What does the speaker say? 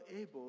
able